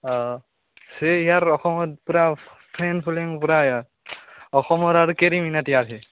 অঁ চেই ইয়াৰ অসমত পুৰা ফেন ফ'লয়িং পুৰা ইয়াৰ অসমৰ আৰু কেৰী মিনাতী আৰ সি